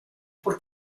pur